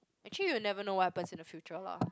actually you will never know what happens in the future lah